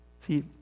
See